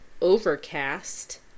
Overcast